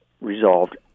resolved